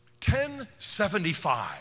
1075